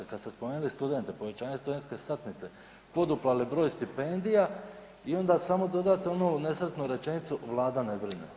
Kad ste spomenuli studente, povećanje studentske satnice, poduplali broj stipendija i onda samo dodate onu nesretnu rečenicu Vlada ne brine.